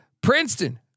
Princeton